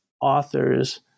authors